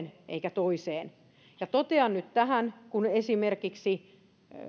eikä toiseen totean nyt tämän kun esimerkiksi